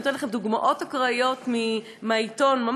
אני נותנת לכם דוגמאות אקראיות מהעיתון,